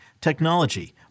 technology